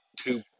two